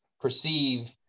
perceive